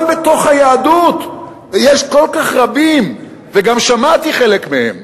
גם בתוך היהדות יש כל כך רבים, וגם שמעתי חלק מהם,